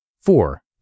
Four